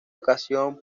ocasión